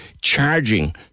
charging